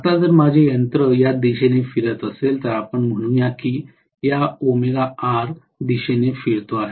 आता जर माझे यंत्र या दिशेने फिरत असेल तर आपण म्हणू या की या दिशेने फिरतो आहे